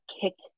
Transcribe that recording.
kicked